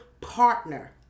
partner